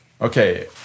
Okay